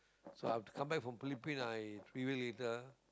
so after come back from Philippine I three week later